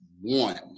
one